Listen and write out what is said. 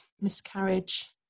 miscarriage